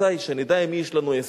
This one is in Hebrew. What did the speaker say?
רבותי, שנדע עם מי יש לנו עסק.